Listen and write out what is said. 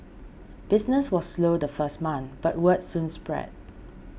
business was slow the first month but word soon spread